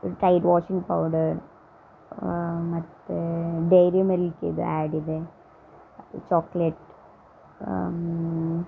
Tide washing powder ಮತ್ತು dairy ಮಿಲ್ಕಿದು ಆ್ಯಡಿದೆ ಚೊಕ್ಲೇಟ್